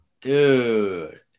Dude